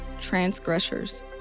transgressors